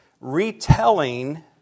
retelling